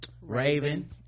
raven